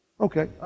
okay